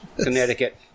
Connecticut